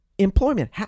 Employment